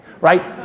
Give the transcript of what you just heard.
right